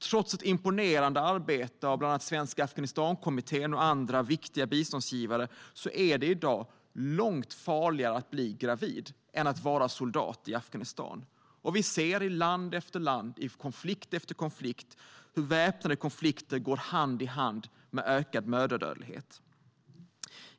Trots ett imponerade arbete av Svenska Afghanistankommittén och andra viktiga biståndsgivare är det i dag långt farligare att bli gravid än att vara soldat i Afghanistan. Vi ser i land efter land, i konflikt efter konflikt, hur väpnade konflikter går hand i hand med ökad mödradödlighet.